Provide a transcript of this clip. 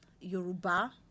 Yoruba